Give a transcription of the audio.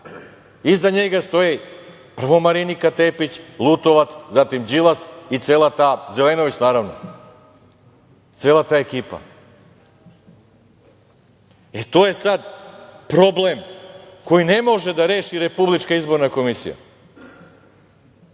iza njega stoji prvo Marinika Tepić, Lutovac, zatim Đilas, Zelenović naravno, cela ta ekipa.E, to je sad problem koji ne može da reši RIK, koji ne može da